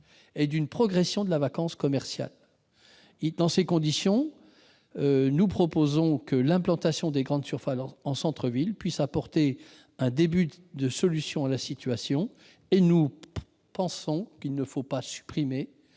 et d'une progression de la vacance commerciale dans ces mêmes centres-villes. Dans ces conditions, nous proposons que l'implantation des grandes surfaces en centres-villes puisse apporter un début de solution à la situation et nous pensons qu'il ne faut pas supprimer